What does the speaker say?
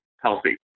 healthy